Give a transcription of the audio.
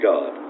God